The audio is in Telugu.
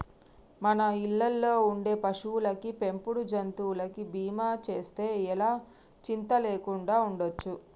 మన ఇళ్ళల్లో ఉండే పశువులకి, పెంపుడు జంతువులకి బీమా చేస్తే ఎలా చింతా లేకుండా ఉండచ్చు